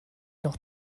noch